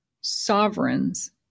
sovereigns